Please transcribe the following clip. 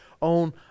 on